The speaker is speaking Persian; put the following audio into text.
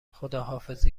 خداحافظی